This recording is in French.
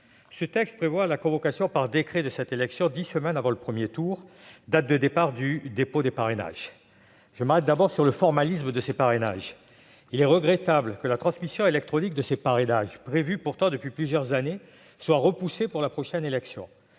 Ce texte prévoit la convocation par décret de cette élection dix semaines avant le premier tour, date de départ du dépôt des parrainages. Je m'arrêterai d'abord sur le formalisme de ces parrainages. Il est regrettable que leur transmission électronique, prévue pourtant depuis plusieurs années, soit repoussée après la prochaine élection.